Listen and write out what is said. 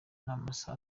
n’amaso